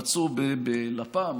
מצאו בלפ"מ,